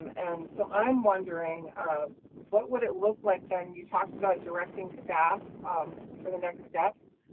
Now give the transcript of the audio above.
and and so, i'm wondering what would it look like then, you talked about directing staff for the next steps.